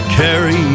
carry